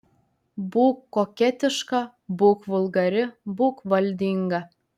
būk koketiška būk vulgari būk valdinga